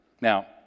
Now